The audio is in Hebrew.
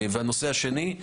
הנושא השני: